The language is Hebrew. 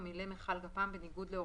או מילא מכל גפ"מ,1,500,